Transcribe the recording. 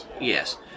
yes